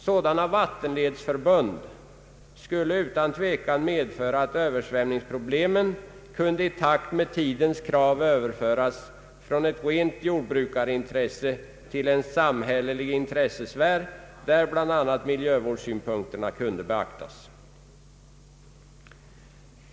Sådana vattenledsförbud skulle utan tvekan medföra att översvämningsproblemen i pakt med tidens krav kunde överföras från ett rent jordbrukarintresse till en samhällelig intressesfär, där bl.a. miljövårdssynpunkterna kunde beaktas.